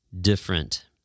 different